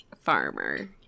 farmer